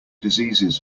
diseases